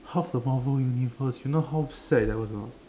half the Marvel universe you know how sad that was or not